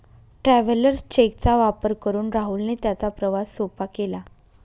travellers cheque चा वापर करून राहुलने त्याचा प्रवास सोपा केला